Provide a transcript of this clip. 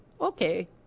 Okay